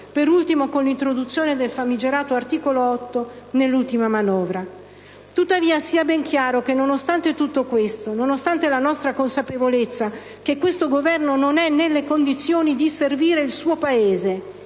da ultimo con l'introduzione del famigerato articolo 8 dell'ultima manovra finanziaria. Tuttavia, sia ben chiaro che, nonostante tutto questo, nonostante la nostra consapevolezza che questo Governo non è nelle condizioni di servire il suo Paese,